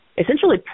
essentially